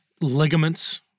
ligaments